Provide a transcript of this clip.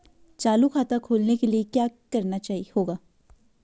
चालू खाता खोलने के लिए क्या करना होगा?